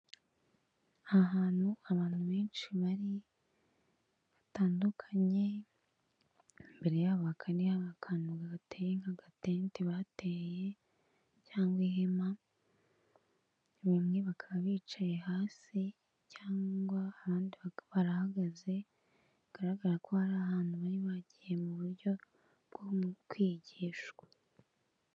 Ahantu abantu benshi bari batandukanye, imbere yabo hari akantu gateye nk'agatente bateye cyangwa ihema. Bamwe bakaba bicaye hasi cyangwa abandi barahagaze, bigaragara ko hari ahantu bari bagiye mu buryo bwo kwigishwa.